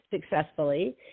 successfully